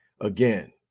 again